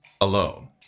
alone